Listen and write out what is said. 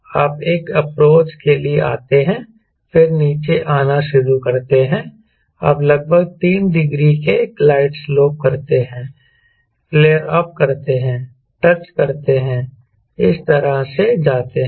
आप एक अप्रोच के लिए आते हैं फिर नीचे आना शुरू करते हैं आप लगभग 3 डिग्री के ग्लाइड सलोप करते हैं फ्लेयर अप करते हैं टच करते हैं इस तरह से जाते हैं